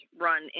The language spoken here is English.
run